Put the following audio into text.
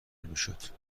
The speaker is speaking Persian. میشد